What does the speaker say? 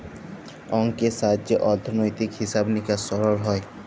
অংকের সাহায্যে অথ্থলৈতিক হিছাব লিকাস সরল হ্যয়